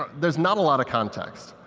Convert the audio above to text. there's not a lot of context,